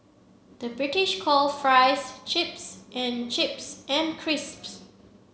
the British call fries chips and chips and crisps